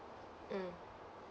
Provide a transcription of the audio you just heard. mm